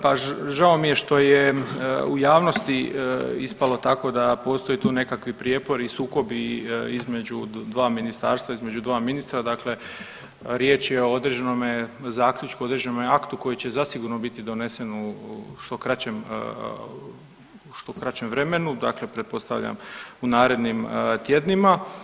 Pa žao mi je što je u javnosti ispalo tako da postoje tu nekakvi prijepori i sukobi između dva ministarstva, između dva ministra, dakle riječ je o određenom zaključku, određenom aktu koji će zasigurno biti donesen uz što kraćem, što kraćem vremenu dakle pretpostavljam u narednim tjednima.